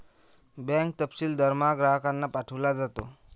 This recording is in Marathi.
बँक तपशील दरमहा ग्राहकांना पाठविला जातो